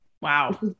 Wow